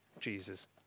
Jesus